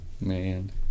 Man